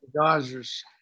Dodgers